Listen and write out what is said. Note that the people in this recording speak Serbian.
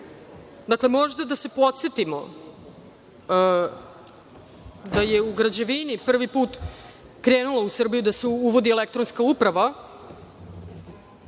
Dakle, možda da se podsetimo da je u građevni prvi put krenula u Srbiju da se uvodi elektronska uprava